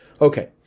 Okay